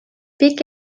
pic